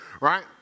Right